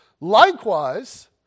Likewise